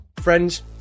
Friends